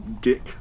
dick